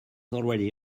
already